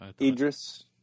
Idris